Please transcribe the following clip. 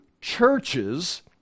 churches